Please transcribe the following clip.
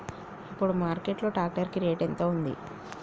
ఇప్పుడు మార్కెట్ లో ట్రాక్టర్ కి రేటు ఎంత ఉంది?